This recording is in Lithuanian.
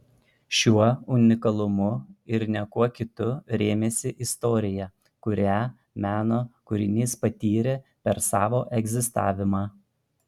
šiuo unikalumu ir ne kuo kitu rėmėsi istorija kurią meno kūrinys patyrė per savo egzistavimą